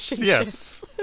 yes